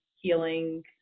healing